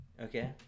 Okay